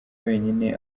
wenyine